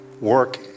work